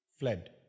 fled